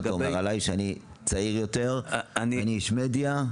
ואני צעיר יותר ואני איש מדיה.